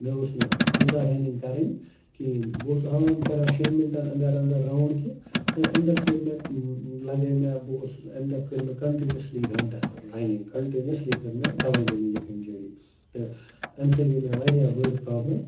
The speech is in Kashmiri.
مےٚ اوس نہٕ تیٖژاہ رَنِنٛگ کَرٕنۍ کِہیٖنۍ بہٕ اوسُس عام کَران شٮ۪ن مِنٹَن اَندَر اَندَر راوُنٛڈ کہِ مگر اَمہِ دۄہ کٔرۍ مےٚ لَگٲے مےٚ بہٕ اوسُس اَمہِ دۄہ کٔرۍ مےٚ کَنٹِنیُوَسلی گھنٹَس رَنِنٛگ کَنٹِنیُوَسلی کٔر مےٚ تَوَے گٔے مےٚ یہِ اِنجوٗری تہٕ اَمہِ سۭتۍ گٔے مےٚ واریاہ بٔڑ پرٛابلٕم